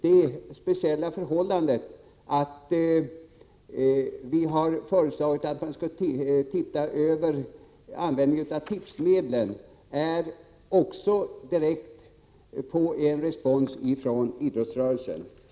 Det speciella förslaget att man skall se över användningen av tipsmedel bygger också på reaktioner från idrottsrörelsen.